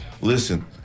listen